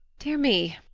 dear me,